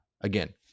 Again